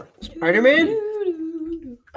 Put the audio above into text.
Spider-Man